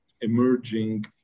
emerging